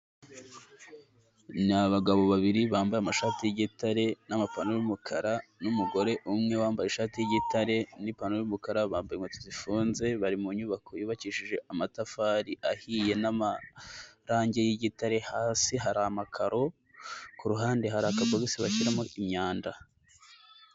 Ni abagabo babiri bambaye amashati y'igitare n'amapantaro y'umukara, n'umugore umwe wambaye ishati y'igitare n'ipantaro y'umukara, bambaye inkweto zifunze, bari mu nyubako yubakishije amatafari ahiye n'amarangi y'igitare, hasi hari amakaro, kuruhande hari akabogisi bashyiramo imyanda.